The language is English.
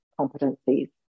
competencies